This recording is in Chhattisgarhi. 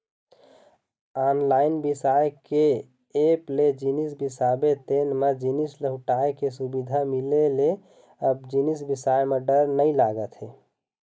ऑनलाईन बिसाए के ऐप ले जिनिस बिसाबे तेन म जिनिस लहुटाय के सुबिधा मिले ले अब जिनिस बिसाए म डर नइ लागत हे